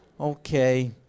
Okay